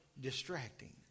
distracting